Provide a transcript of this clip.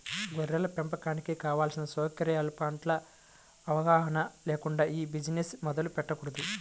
గొర్రెల పెంపకానికి కావలసిన సౌకర్యాల పట్ల అవగాహన లేకుండా ఈ బిజినెస్ మొదలు పెట్టకూడదు